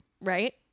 right